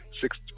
six